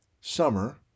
summer